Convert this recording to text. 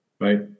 Right